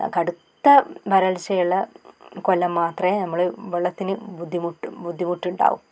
കടുത്ത വരൾച്ചയുള്ള കൊല്ലം മാത്രമേ ഞമ്മൾ വെള്ളത്തിന് ബുദ്ധിമുട്ട് ബുദ്ധിമുട്ടുണ്ടാകും